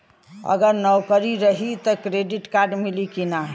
अगर नौकरीन रही त क्रेडिट कार्ड मिली कि ना?